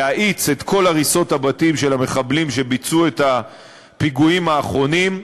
להאיץ את כל הריסות הבתים של המחבלים שביצעו את הפיגועים האחרונים,